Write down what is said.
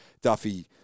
Duffy